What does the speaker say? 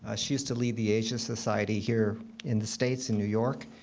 ah she used to lead the asian society here in the states, in new york.